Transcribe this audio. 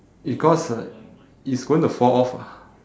because like it's going to fall off ah